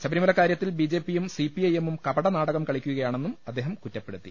ശബരിമല കാരൃത്തിൽ ബി ജെ പിയും സി പി ഐ എമ്മും കപടനാടകം കളിക്കുകയാണെന്നും അദ്ദേഹം കുറ്റ പ്പെടുത്തി